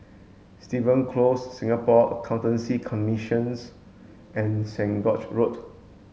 Stevens Close Singapore Accountancy Commission and Saint George Road